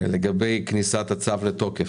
לגבי כניסת הצו לתוקף,